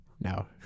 No